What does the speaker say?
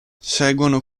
seguono